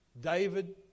David